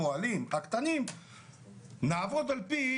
הפועלים הקטנים נעבוד על פי